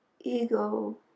ego